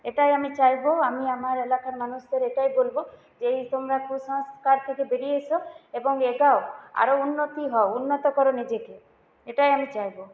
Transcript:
এটাই আমি চাইব আমি আমার এলাকার মানুষদের এটাই বলব যে তোমরা কুসংস্কার থেকে বেরিয়ে এসো এবং এগোও আরও উন্নত হও উন্নত কর নিজেকে এটাই আমি চাইব